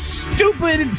stupid